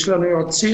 יש לנו יועצים.